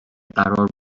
قرار